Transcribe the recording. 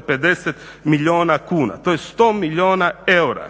750 milijuna kuna. To je 100 milijuna eura.